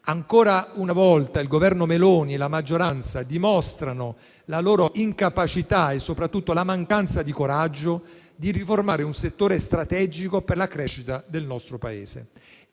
Ancora una volta il Governo Meloni e la maggioranza dimostrano la loro incapacità e soprattutto la mancanza di coraggio nel riformare un settore strategico per la crescita del nostro Paese.